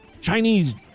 Chinese